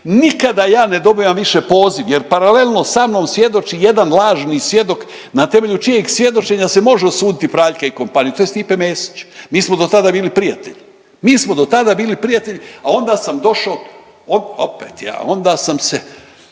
Nikada ja ne dobivam više poziv, jer paralelno sa mnom svjedoči jedan lažni svjedok na temelju čije svjedočenja se može osuditi Praljka i kompaniju. To je Stipe Mesić. Mi smo do tada bili prijatelji, mi smo do tada bili prijatelji, a onda sam došao. Opet ja, onda sam se